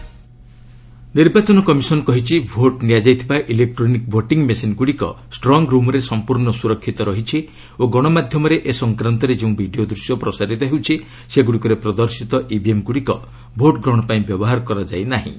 EC EVM ନିର୍ବାଚନ commission କହିଛି vote ନିଆଯାଇଥିବା ଇଲେକ୍ଟ୍ରୋନିକ୍ ଭୋଟିଂ ମେସିନ୍ଗୁଡ଼ିକ ଷ୍ଟ୍ରଙ୍ଗ୍ ରୁମ୍ରେ ସମ୍ପୂର୍ଣ୍ଣ ସୁରକ୍ଷିତ ରହିଛି ଓ ଗଣମାଧ୍ୟମରେ ଏ ସଂକ୍ରାନ୍ତରେ ଯେଉଁ ଭିଡ଼ିଓ ଦୂଶ୍ୟ ପ୍ରସାରିତ ହେଉଛି ସେଗୁଡ଼ିକରେ ପ୍ରଦର୍ଶିତ ଇଭିଏମ୍ଗୁଡ଼ିକ ଭୋଟ୍ ଗ୍ରହଣ ପାଇଁ ବ୍ୟବହାର କରାଯାଇ ନାହିଁ